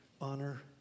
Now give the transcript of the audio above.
honor